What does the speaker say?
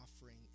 offering